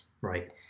Right